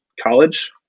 college